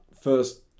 first